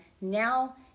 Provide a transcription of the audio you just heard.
now